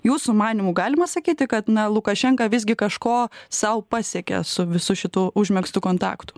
jūsų manymu galima sakyti kad na lukašenka visgi kažko sau pasiekė su visu šituo užmegztu kontaktu